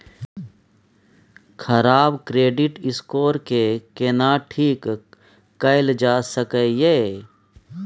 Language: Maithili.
खराब क्रेडिट स्कोर के केना ठीक कैल जा सकै ये?